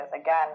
again